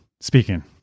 speaking